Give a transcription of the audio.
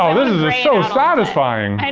um this is so satisfying. and